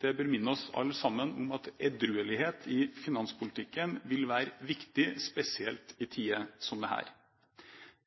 Det bør minne oss alle sammen om at edruelighet i finanspolitikken vil være viktig, spesielt i tider som dette.